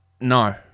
no